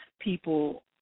people